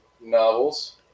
novels